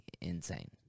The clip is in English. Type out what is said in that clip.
insane